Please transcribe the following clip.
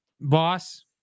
boss